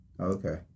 okay